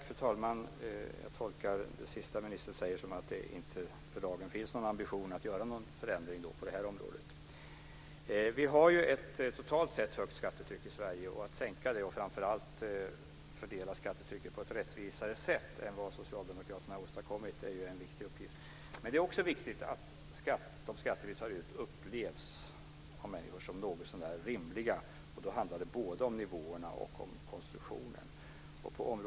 Fru talman! Jag tolkar det sista som ministern säger så att det för dagen inte finns någon ambition att göra någon förändring på det här området. Vi har totalt sett ett högt skattetryck i Sverige. Att sänka skattetrycket och framför allt att fördela det på ett rättvisare sätt än vad Socialdemokraterna åstadkommit är en viktig uppgift. Men det är också viktigt att de skatter som vi tar ut upplevs av människorna som något så när rimliga. Det handlar då både om nivåerna och om konstruktionen.